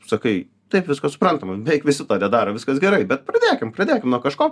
sakai taip viskas suprantama beveik visi to nedaro viskas gerai bet pradėkim pradėkim nuo kažko